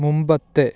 മുമ്പത്തെ